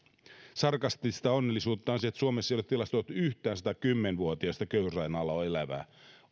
sarkastista onnellisuutta on se että suomessa ei ole tilastoitu yhtään satakymmentä vuotiasta köyhyysrajan alla elävää